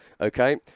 Okay